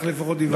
כך לפחות הבנתי.